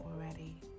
already